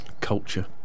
culture